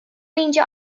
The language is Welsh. meindio